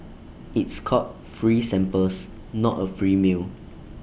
it's called free samples not A free meal